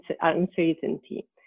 uncertainty